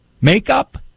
makeup